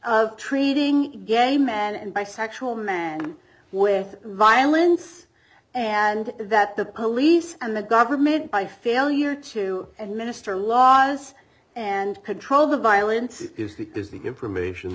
of treating gay men and bisexual men with violence and that the police and the government by failure to administer laws and control the violence is the is the information